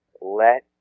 let